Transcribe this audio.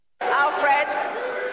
Alfred